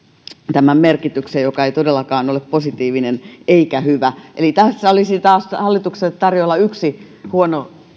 tämän merkityksen joka ei todellakaan ole positiivinen eikä hyvä eli tässä olisi taas hallitukselta tarjolla yksi huono